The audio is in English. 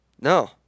No